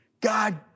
God